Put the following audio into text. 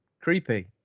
creepy